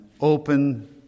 open